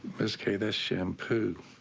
miss kay, that's shampoo.